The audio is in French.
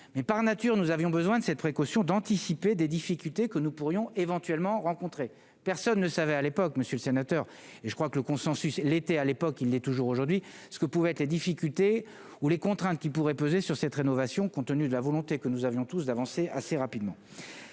mais par nature, nous avions besoin de ces précautions d'anticiper des difficultés que nous pourrions éventuellement rencontrer personne ne savait à l'époque, monsieur le sénateur, et je crois que le consensus l'été à l'époque, il n'est toujours aujourd'hui ce que pouvaient être les difficultés ou les contraintes qui pourraient peser sur cette rénovation, compte tenu de la volonté que nous avions tous d'avancer assez rapidement